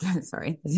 sorry